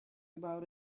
about